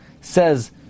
says